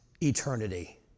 eternity